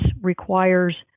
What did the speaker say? requires